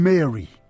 Mary